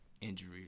injury